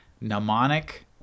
mnemonic